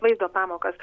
vaizdo pamokas